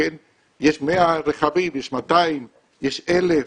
יש 100 רכבים, יש 200, יש 1,000